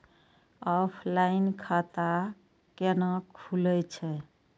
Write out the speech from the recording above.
Offline खाता कैना खुलै छै?